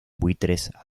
buitres